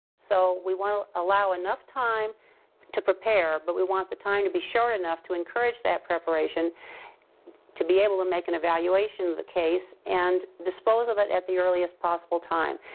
so we want to allow enough time to prepare but we want the time to be short enough to encourage that preparation to be able to make an evaluation of the case and dispose of it at the earliest possible time.